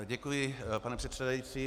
Děkuji, pane předsedající.